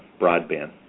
broadband